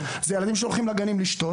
זה ילדים שהולכים לגנים לשתות.